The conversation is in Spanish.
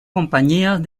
compañías